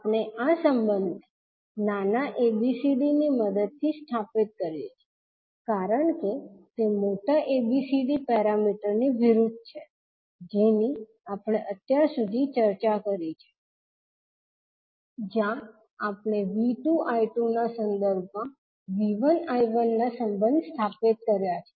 આપણે આ સંબંધને નાના abcd ની મદદથી સ્થાપિત કરીએ છીએ કારણ કે તે મોટા ABCD પેરામીટરની વિરુદ્ધ છે જેની આપણે અત્યાર સુધી ચર્ચા કરી છે જ્યાં આપણે 𝐕2 𝐈2 ના સંદર્ભમાં 𝐕1 I1 ના સંબંધ સ્થાપિત કર્યા છે